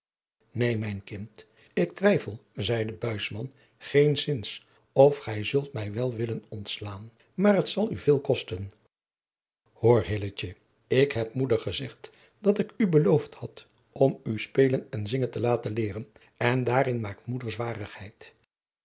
neen mijn kind ik twijfel zeide buisman geenszins of gij zult mij wel willen ontslaan maar het adriaan loosjes pzn het leven van hillegonda buisman zal u veel kosten hoor hilletje ik heb moeder gezegd dat ik u beloofd had om u spelen en zingen te laten leeren en daarin maakt moeder zwarigheid